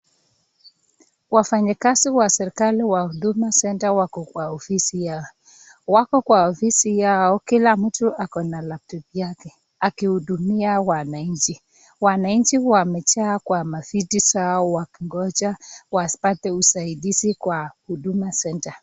Wafanyikazi wa serekali wa huduma senta wako kwa ofisi yao wako kwa ofisi yao, Kila mtu akona laptop yake akiudumia wananchi, wananchi wamejaa kwa maviti zao wakingoja wapate usaidizi kwa huduma senta.